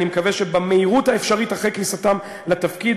אני מקווה שבמהירות האפשרית אחרי כניסתם לתפקיד,